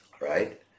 right